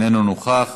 איננו נוכח,